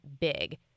big